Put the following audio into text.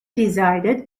decided